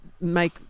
make